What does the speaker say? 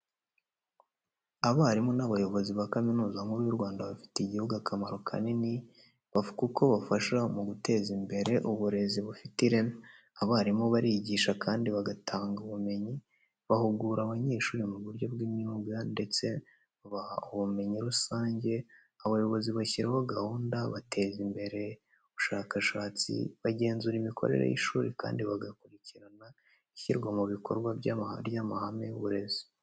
Abarimu n’abayobozi ba Kaminuza Nkuru y’u Rwanda, bafitiye igihugu akamaro kanini kuko bafasha mu guteza imbere uburezi bufite ireme. Abarimu barigisha kandi bagatanga ubumenyi, bahugura abanyeshuri mu buryo bw’imyuga ndetse babaha n’ubumenyi rusange. Abayobozi bashyiraho gahunda, bateza imbere ubushakashatsi, bagenzura imikorere y’ishuri, kandi bagakurikirana ishyirwa mu bikorwa ry’amahame y’uburezi.